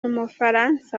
umufaransa